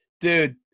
Dude